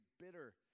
bitter